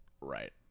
Right